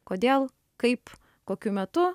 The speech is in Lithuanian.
kodėl kaip kokiu metu